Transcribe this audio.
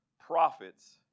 prophets